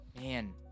man